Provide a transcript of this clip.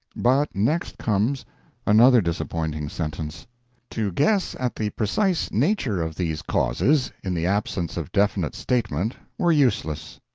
but next comes another disappointing sentence to guess at the precise nature of these causes, in the absence of definite statement, were useless.